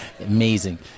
Amazing